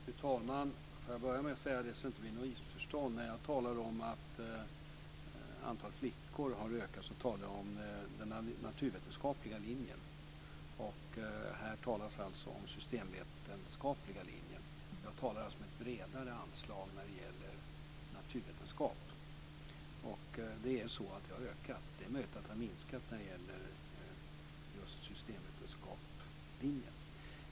Fru talman! För att det inte ska bli något missförstånd vill jag börja med att säga att när jag talar om att antalet flickor har ökat talar jag om den naturvetenskapliga linjen. Här talas om den systemvetenskapliga linjen. Jag talar alltså om ett bredare anslag när det gäller naturvetenskap. Där har antalet ökat. Det är möjligt att det har minskat när det gäller just linjen för systemvetenskap.